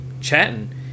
chatting